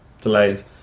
delays